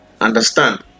understand